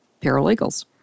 paralegals